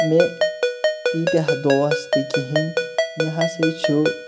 مےٚ تیٖتیاہ دوس تہِ کِہیٖنۍ مےٚ ہَسا چھُ